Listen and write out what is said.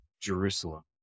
Jerusalem